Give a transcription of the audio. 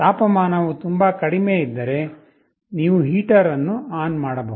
ತಾಪಮಾನವು ತುಂಬಾ ಕಡಿಮೆಯಿದ್ದರೆ ನೀವು ಹೀಟರ್ ಅನ್ನು ಆನ್ ಮಾಡಬಹುದು